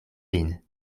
vin